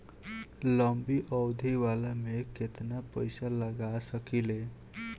लंबी अवधि वाला में केतना पइसा लगा सकिले?